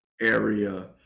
area